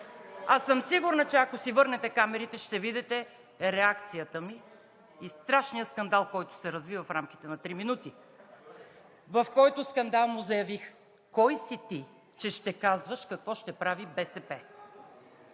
а съм сигурна, че ако си върнете камерите, ще видите реакцията ми и страшния скандал, който се разви в рамките на три минути, в който скандал му заявих: „Кой си ти, че ще казваш какво ще прави БСП?